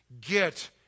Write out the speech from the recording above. get